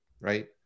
right